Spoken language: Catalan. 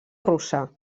russa